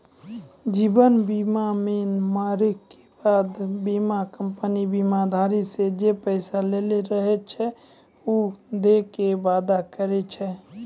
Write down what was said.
जीवन बीमा मे मरै के बाद बीमा कंपनी बीमाधारी से जे पैसा लेलो रहै छै उ दै के वादा करै छै